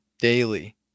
daily